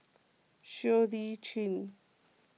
Siow Lee Chin